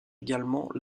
également